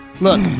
Look